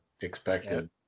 expected